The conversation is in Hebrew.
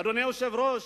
אדוני היושב-ראש,